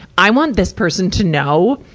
i want this person to know,